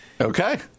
Okay